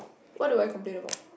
what do I complain about